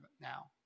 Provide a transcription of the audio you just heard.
now